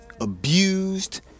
abused